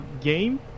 game